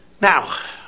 Now